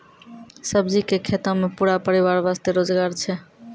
सब्जी के खेतों मॅ पूरा परिवार वास्तॅ रोजगार छै